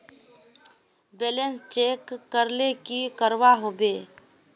Balance check करले की करवा होचे?